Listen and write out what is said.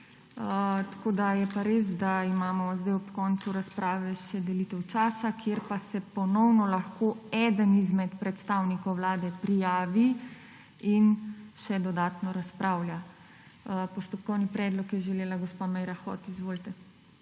prej. Je pa res, da imamo sedaj ob koncu razprave še delitev časa, kjer pa se ponovno lahko eden izmed predstavnikov Vlade prijavi in še dodatno razpravlja. Postopkovni predlog je želela gospa Meira Hot. **MAG.